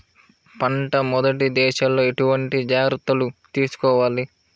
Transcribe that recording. పంట మెదటి దశలో ఎటువంటి జాగ్రత్తలు తీసుకోవాలి?